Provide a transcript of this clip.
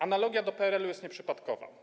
Analogia do PRL-u jest nieprzypadkowa.